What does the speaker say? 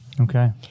Okay